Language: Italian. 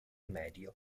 medio